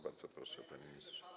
Bardzo proszę, panie ministrze.